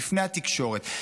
בפני התקשורת,